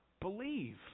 believe